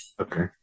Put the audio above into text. Okay